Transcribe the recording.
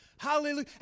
Hallelujah